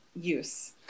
use